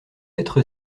être